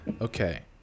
Okay